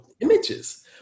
images